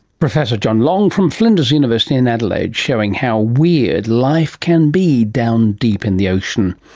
professor john long from flinders university in adelaide, showing how weird life can be down deep in the ocean.